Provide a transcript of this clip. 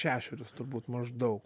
šešerius turbūt maždaug